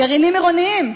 גרעינים עירוניים,